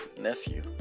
nephew